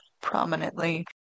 prominently